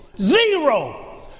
zero